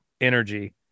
energy